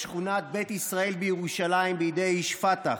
בשכונת בית ישראל בירושלים, בידי איש פת"ח.